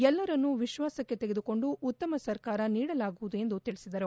ಎಲ್ಲರನ್ನೂ ವಿಶ್ವಾಸಕ್ಕೆ ತೆಗೆದುಕೊಂಡು ಉತ್ತಮ ಸರ್ಕಾರ ನೀಡಲಾಗುವುದು ಎಂದು ತಿಳಿಸಿದರು